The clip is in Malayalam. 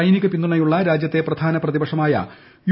സൈനിക പിന്തുണയുള്ള രാജ്യത്തെ പ്രസാന പ്രതിപക്ഷമായ യു